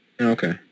Okay